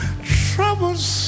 troubles